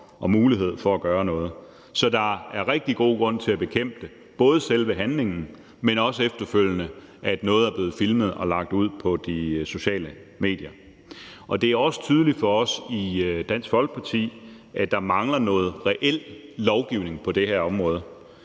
og mulighed for at gøre noget. Så der er rigtig god grund til at bekæmpe både selve handlingen, men også det, at noget er blevet filmet og efterfølgende blevet lagt ud på de sociale medier. Det er også tydeligt for os i Dansk Folkeparti, at der mangler noget reel lovgivning på det her område.